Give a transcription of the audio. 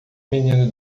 menino